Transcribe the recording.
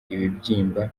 ibibyimba